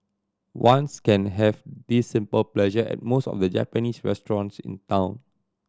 ones can have this simple pleasure at most of the Japanese restaurants in town